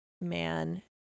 man